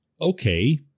okay